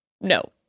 no